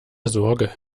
sorge